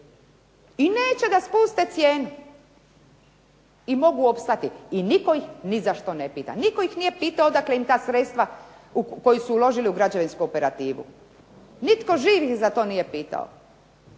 I neće da spuste cijenu i mogu opstati i nitko ih nizašto ne pita. Nitko ih nije pitao odakle im ta sredstva koja su uložili u građevinsku operativu. Nitko ih živ zato nije pitao.